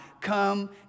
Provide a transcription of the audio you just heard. come